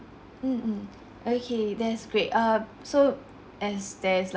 mmhmm okay that's great err so as there's li~